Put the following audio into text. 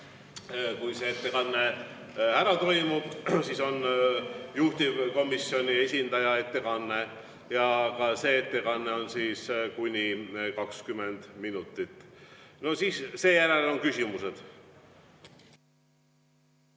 Kui see ettekanne ära toimub, siis on juhtivkomisjoni esindaja ettekanne ja ka see ettekanne [kestab] kuni 20 minutit. Seejärel on küsimused.